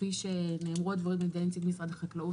וכפי שנאמרו הדברים על ידי נציג משרד החקלאות.